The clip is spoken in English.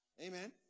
Amen